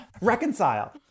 Reconcile